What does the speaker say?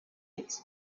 its